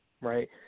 right